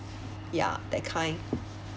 ya that kind